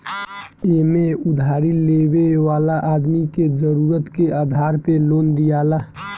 एमे उधारी लेवे वाला आदमी के जरुरत के आधार पे लोन दियाला